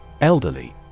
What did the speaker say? Elderly